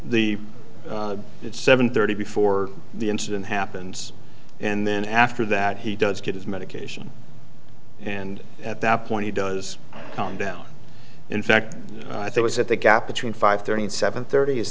the it's seven thirty before the incident happens and then after that he does get his medication and at that point he does come down in fact i think is that the gap between five thirty and seven thirty is